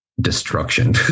destruction